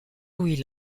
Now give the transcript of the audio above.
louis